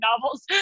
novels